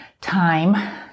time